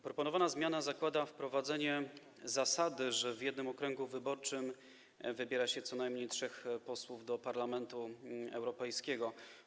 Proponowana zmiana zakłada wprowadzenie zasady, że w jednym okręgu wyborczym wybiera się co najmniej trzech posłów do Parlamentu Europejskiego.